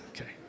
Okay